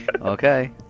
Okay